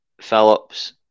Phillips